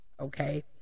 okay